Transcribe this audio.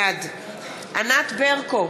בעד ענת ברקו,